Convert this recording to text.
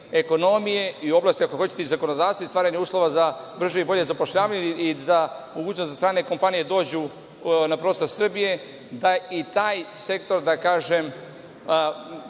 ekonomije i u oblasti, ako hoćete, i zakonodavstvo i stvaranja uslova za brže i bolje zapošljavanje i za mogućnost da strane kompanije dođu na prostor Srbije, da i taj sektor stavimo